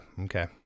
okay